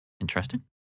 Interesting